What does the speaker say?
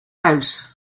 out